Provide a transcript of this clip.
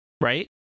Right